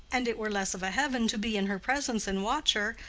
and it were less of a heaven to be in her presence and watch her,